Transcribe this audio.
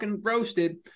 roasted